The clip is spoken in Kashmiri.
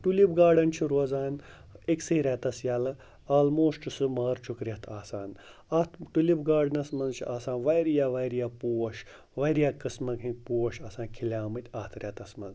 ٹُلِپ گاڈَن چھِ روزان أکۍسٕے رٮ۪تَس یَلہٕ آلموسٹ سُہ مارچُک رٮ۪تھ آسان اَتھ ٹُلِپ گاڈنَس منٛز چھِ آسان واریاہ واریاہ پوش واریاہ قٕسمَن ہِنٛدۍ پوش آسان کھِلیٛامٕتۍ اَتھ رٮ۪تَس منٛز